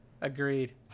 agreed